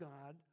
God